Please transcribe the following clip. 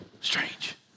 Strange